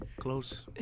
Close